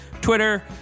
Twitter